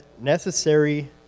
necessary